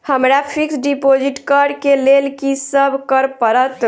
हमरा fix deposit करऽ केँ लेल की सब करऽ पड़त?